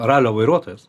ralio vairuotojas